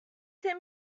that